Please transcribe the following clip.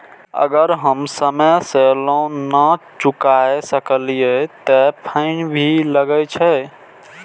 अगर हम समय से लोन ना चुकाए सकलिए ते फैन भी लगे छै?